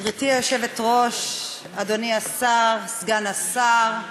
גברתי היושבת-ראש, אדוני השר, סגן השר,